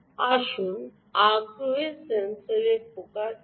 আসুন আগ্রহের সেন্সরে ফোকাস করি